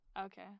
okay